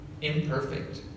imperfect